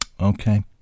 Okay